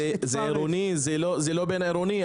זה עירוני, זה לא בין-עירוני.